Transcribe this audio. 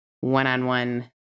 one-on-one